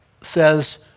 says